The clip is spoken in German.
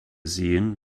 sehen